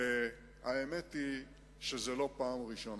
והאמת היא שזאת לא הפעם הראשונה.